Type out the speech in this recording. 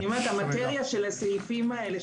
המטריה של הסעיפים האלה,